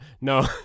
No